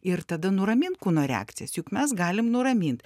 ir tada nuramint kūno reakcijas juk mes galim nuramint